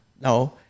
No